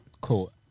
cool